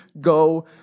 go